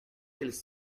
quelles